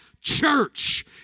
church